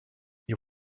ihr